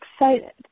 excited